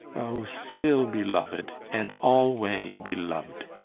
o still beloved, and alway beloved!